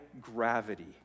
gravity